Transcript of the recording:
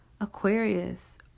Aquarius